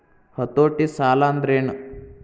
ಹತೋಟಿ ಸಾಲಾಂದ್ರೆನ್?